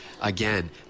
Again